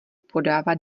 podává